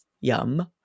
yum